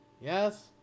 Yes